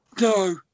No